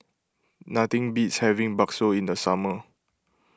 nothing beats having Bakso in the summer